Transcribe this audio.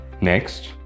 Next